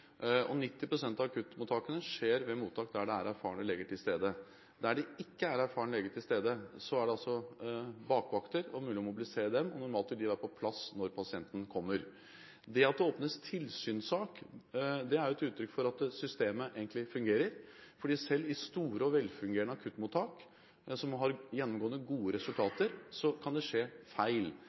av akuttmottakene skjer ved mottak der det er erfarne leger til stede. Der det ikke er erfarne leger til stede, er det bakvakter – og det er mulig å mobilisere dem – og normalt vil de være på plass når pasienten kommer. Det at det åpnes tilsynssak, er et uttrykk for at systemet egentlig fungerer. Selv i store og velfungerende akuttmottak, som har gjennomgående gode resultater, kan det skje feil.